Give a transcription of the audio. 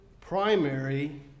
primary